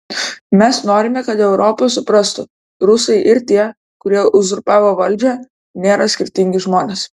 mes norime kad europa suprastų rusai ir tie kurie uzurpavo valdžią nėra skirtingi žmonės